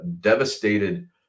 devastated